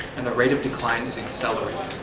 and the rate of decline is accelerating.